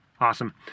Awesome